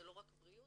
זה לא רק בריאות,